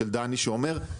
של דני שאומר,